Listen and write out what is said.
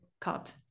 cut